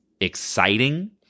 exciting